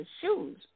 shoes